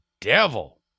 devil